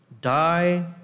Die